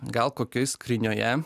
gal kokioj skrynioje